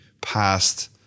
past